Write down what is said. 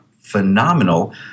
phenomenal